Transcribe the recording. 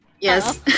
Yes